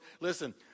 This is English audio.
Listen